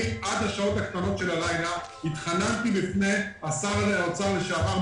אני עד השעות הקטנות של הלילה התחננתי בפני שר האוצר לשעבר,